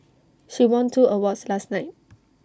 she won two awards last night